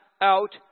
out